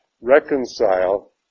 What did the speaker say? reconcile